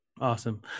Awesome